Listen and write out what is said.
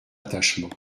attachement